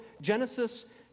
Genesis